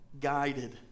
guided